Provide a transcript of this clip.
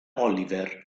oliver